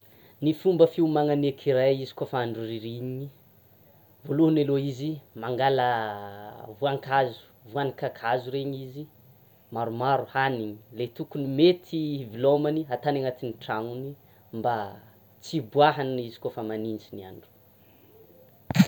Ny fomba fiomanan'ny écureuils izy koa fa andro ririniny, voalohany aloha izy mangala voankazo, voan'ny kakazo reny izy, maromaro haniny le tokony mety hivilômany atany anatin'ny tranony; mba tsy hiboahany izy kôfa magnitsy ny andro.